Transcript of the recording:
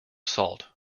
salt